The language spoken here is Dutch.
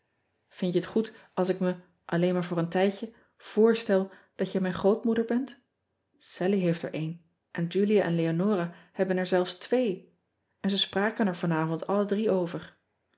ind je het goed als ik me alleen maar voor een tijdje voorstel dat jij mijn grootmoeder bent allie heeft er een en ulia en eonora hebben er zelfs twee en ze spraken er vanavond alle drie over